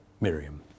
Miriam